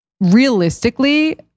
Realistically